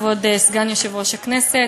כבוד סגן יושב-ראש הכנסת,